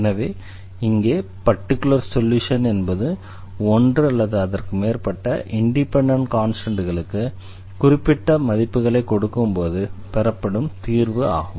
எனவே இங்கே particular solution என்பது ஒன்று அல்லது அதற்கு மேற்பட்ட இண்டிபெண்டண்ட் கான்ஸ்டண்ட்களுக்கு குறிப்பிட்ட மதிப்புகளைக் கொடுக்கும் போது பெறப்படும் தீர்வு ஆகும்